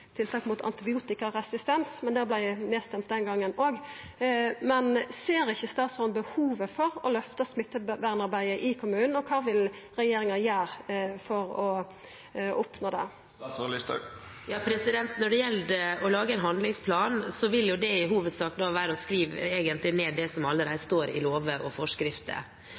tiltak mot antibiotikaresistens, men det vart nedstemt den gongen òg. Ser ikkje statsråden behovet for å løfta smittevernarbeidet i kommunane, og kva vil regjeringa gjera for å oppnå det? Når det gjelder å lage en handlingsplan, vil det i hovedsak være å skrive ned det som allerede står i lover og forskrifter.